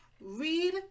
read